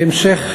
בהמשך